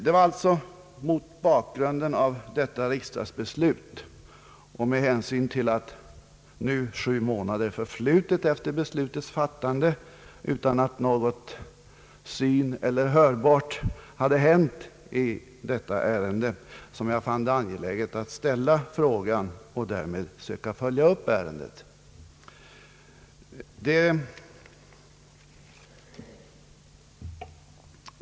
Det var alltså mot bakgrunden av detta riksdagsbeslut och med hänsyn till att sju månader nu förflutit efter beslutets fattande utan att något syneller hörbart hänt i detta ärende som jag fann angeläget att ställa frågan och därmed följa upp saken.